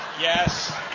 Yes